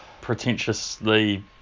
pretentiously